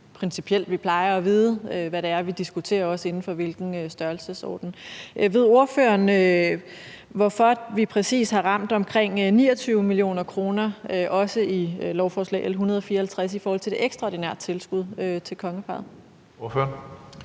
vi plejer at vide, hvad det er, vi diskuterer, også inden for hvilken størrelsesorden. Ved ordføreren, hvorfor vi præcis har ramt omkring 29 mio. kr., også i lovforslag L 154, for det ekstraordinære tilskud til kongeparret? Kl.